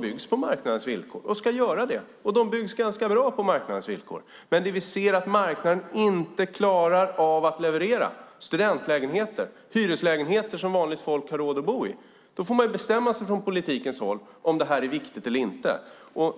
byggs på marknadens villkor och ska så göras, och de byggs ganska bra på marknadens villkor. Men när vi ser att marknaden inte klarar av att leverera - studentlägenheter och hyreslägenheter som vanliga människor har råd att bo i - får man bestämma sig från politiken om det är viktigt eller inte.